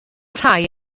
rhai